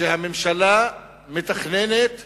שהממשלה מתכננת